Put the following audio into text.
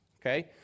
okay